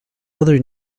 other